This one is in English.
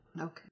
Okay